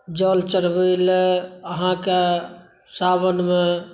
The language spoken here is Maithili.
जल चढ़बै लए अहाँकेँ सावनमे